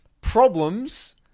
problems